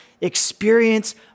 experience